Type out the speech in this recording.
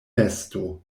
nesto